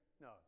No